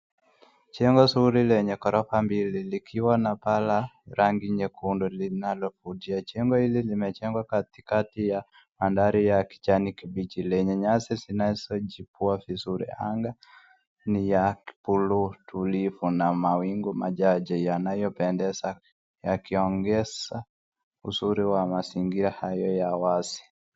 Jengo refu lenye ghorofa mbili likiwa na paa rangi nyekundu linavutia. Jengo hili limejengwa katikati ya mandhari ya kijani kibichi lenye nyasi zinazojipua vizuri. Anga ni ya bluu tulivu na mawingu majaje yanayopendeza yakiongeza uzuri wa mazingira hayo ya wazi.